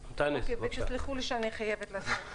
תסלחו לי שאני חייבת ללכת.